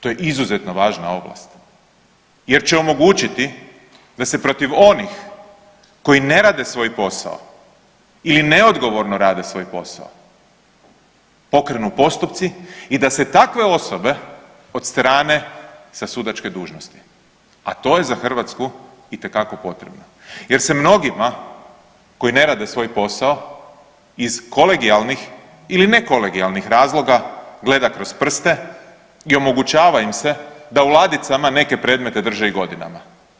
To je izuzetno važna ovlast jer će omogućiti da se protiv onih koji ne rade svoj posao ili neodgovorno rade svoj posao pokrenu postupci i da se takve osobe odstrane sa sudačke dužnosti, a to je za Hrvatsku itekako potrebno jer se mnogima koji ne rade svoj posao iz kolegijalnih ili ne kolegijalnih razloga gleda kroz prste i omogućava im se da u ladicama neke predmete drže i godinama.